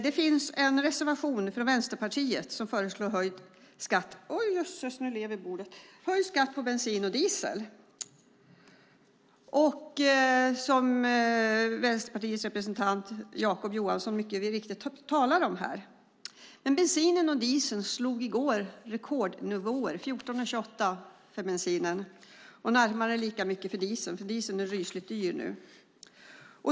Det finns en reservation från Vänsterpartiet, som föreslår höjd skatt på bensin och diesel och som Vänsterpartiets representant Jacob Johnson talat om. Bensinen och dieseln slog dock rekordnivåer i går. Bensinen kostade 14,28, och dieseln nästan lika mycket. Dieseln är nämligen rysligt dyr nu.